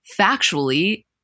factually